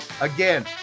again